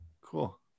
cool